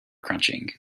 crunching